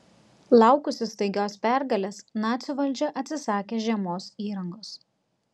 laukusi staigios pergalės nacių valdžia atsisakė žiemos įrangos